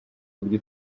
buryo